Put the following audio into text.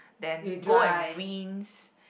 then go and rinse